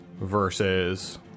versus